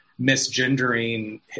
misgendering